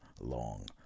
long